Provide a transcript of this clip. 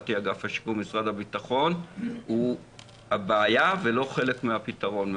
לדעתי אגף השיקום משרד הבטחון הוא הבעיה ולא חלק מהפתרון,